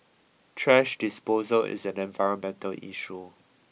thrash disposal is an environmental issue